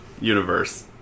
universe